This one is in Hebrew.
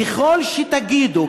ככל שתגידו,